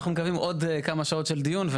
אנחנו מקווים עוד כמה שעות של דיון.